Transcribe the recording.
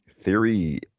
theory